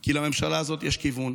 כי לממשלה הזאת יש כיוון